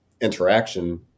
interaction